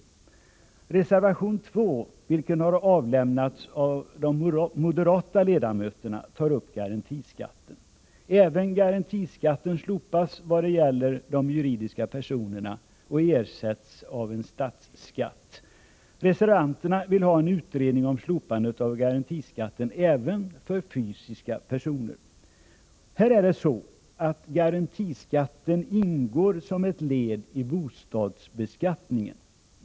I reservation 2, vilken har avlämnats av de moderata ledamöterna, behandlas garantiskatten. Även garantiskatten slopas när det gäller de juridiska personerna och ersätts av statsskatt. Reservanterna vill ha en utredning om slopandet av garantiskatten även för fysiska personer. Här är det så att garantiskatten ingår som ett led i bostadsbeskattningen.